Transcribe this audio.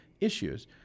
issues